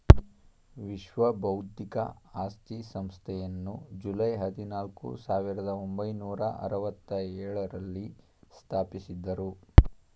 ವಿಶ್ವ ಬೌದ್ಧಿಕ ಆಸ್ತಿ ಸಂಸ್ಥೆಯನ್ನು ಜುಲೈ ಹದಿನಾಲ್ಕು, ಸಾವಿರದ ಒಂಬೈನೂರ ಅರವತ್ತ ಎಳುರಲ್ಲಿ ಸ್ಥಾಪಿಸಿದ್ದರು